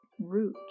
root